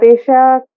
Asia